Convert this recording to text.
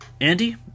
Andy